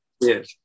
Yes